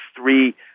three